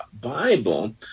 Bible